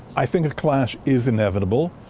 i think a clash is inevitable.